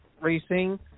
racing